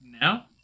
now